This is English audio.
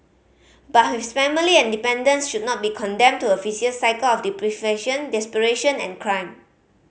but his family and dependants should not be condemned to a vicious cycle of deprivation desperation and crime